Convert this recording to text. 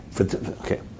Okay